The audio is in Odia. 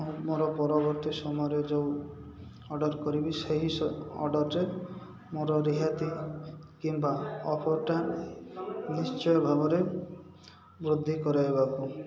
ମୁଁ ମୋର ପରବର୍ତ୍ତୀ ସମୟରେ ଯେଉଁ ଅର୍ଡ଼ର୍ କରିବି ସେହି ଅର୍ଡ଼ର୍ରେ ମୋର ରିହାତି କିମ୍ବା ଅଫର୍ଟା ନିଶ୍ଚୟ ଭାବରେ ବୃଦ୍ଧି କରାଇବାକୁ